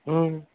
हम्म